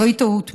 זוהי טעות.